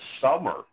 summer